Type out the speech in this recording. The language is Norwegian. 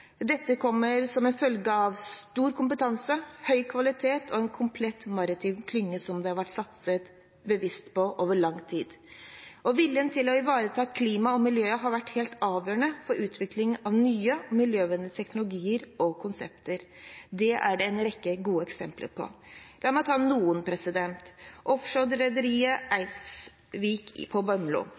Dette kommer som følge av stor kompetanse, høy kvalitet og en komplett maritim klynge som det har vært satset bevisst på over lang tid. Viljen til å ivareta klimaet og miljøet har vært helt avgjørende for utvikling av nye miljøvennlige teknologier og konsepter. Det er en rekke gode eksempler på det, og la meg ta noen: Offshorerederiet Eidesvik på Bømlo tok i